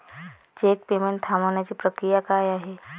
Check payment थांबवण्याची प्रक्रिया काय आहे?